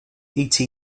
eta